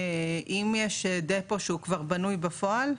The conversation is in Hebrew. אם יש דפו שהוא כבר בנוי בפועל,